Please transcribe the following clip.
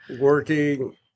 working